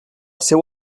seu